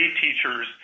teachers